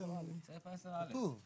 10(א) כתוב.